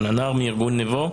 מארגון נבו.